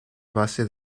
base